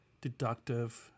deductive